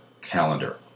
calendar